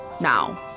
now